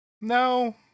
No